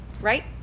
right